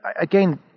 again